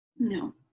No